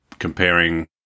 comparing